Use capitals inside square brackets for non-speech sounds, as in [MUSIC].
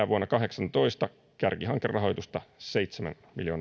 [UNINTELLIGIBLE] vuonna kaksituhattakahdeksantoista kärkihankerahoitusta seitsemän